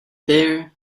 there